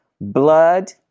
Blood